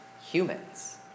humans